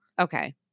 Okay